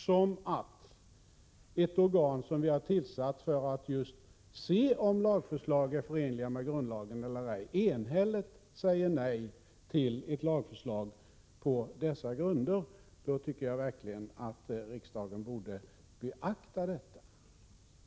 Men när ett organ som vi har tillsatt för att se om lagförslag är förenliga med grundlagen eller ej enhälligt säger nej till ett lagförslag på denna grund, tycker jag verkligen att riksdagen borde beakta detta.